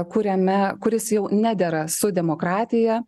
kuriame kuris jau nedera su demokratija